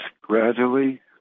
gradually